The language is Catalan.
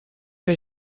que